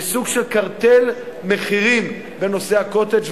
יש סוג של קרטל מחירים בנושא ה"קוטג'",